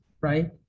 right